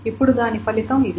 ఇప్పుడు దాని ఫలితం ఇది